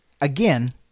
Again